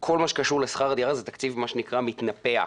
שכל מה שקשור לשכר הדירה זה מה שנקרא תקציב מתנפח.